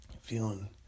feeling